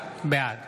בעד